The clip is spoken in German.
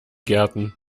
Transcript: gärten